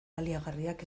baliagarriak